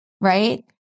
right